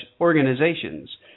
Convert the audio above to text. organizations